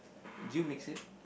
do you mix it